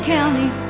County